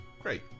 great